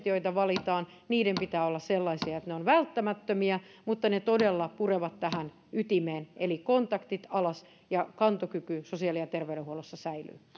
joita valitaan pitää olla sellaisia että ne ovat välttämättömiä mutta ne todella purevat tähän ytimeen eli kontaktit alas ja kantokyky sosiaali ja terveydenhuollossa säilyy